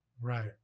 Right